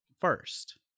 first